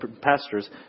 pastors